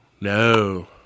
No